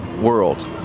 world